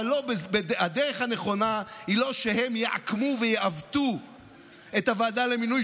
אבל הדרך הנכונה היא לא שהם יעקמו ויעוותו את הוועדה למינוי